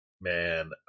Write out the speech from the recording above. Man